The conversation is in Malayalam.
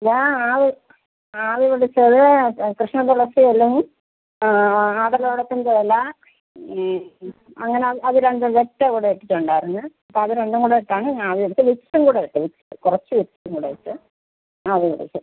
ഞാൻ ആവി ആവി പിടിച്ചത് കൃഷ്ണതുളസി ഇലയും ആ ആടലോടകത്തിൻ്റെ ഇല അങ്ങനെ അത് രണ്ടും കൂടി ഇട്ടിട്ട് ഉണ്ടായിരുന്ന് അപ്പോൾ അത് രണ്ടും കൂടെ ഇട്ടാണ് ഞാൻ ആവി പിടിച്ചത് വിക്സും കൂടെ ഇട്ട് വിക്സ് കുറച്ച് വിക്സും കൂടി ഇട്ട് ആ അതും